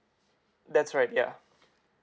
that's right yeah